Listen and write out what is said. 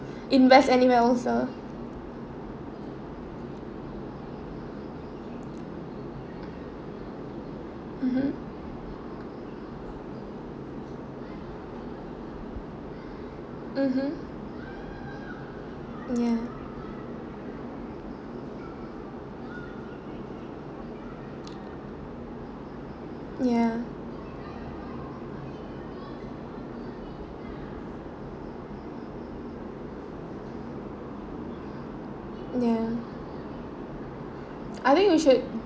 invest anywhere also mmhmm mmhmm ya ya ya I think we should